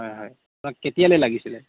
হয় হয় কেতিয়ালৈ লাগিছিলে